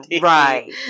Right